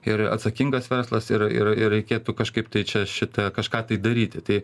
ir atsakingas verslas ir ir ir reikėtų kažkaip tai čia šitą kažką tai daryti tai